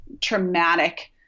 traumatic